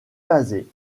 basée